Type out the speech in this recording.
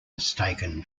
mistaken